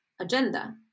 agenda